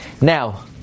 Now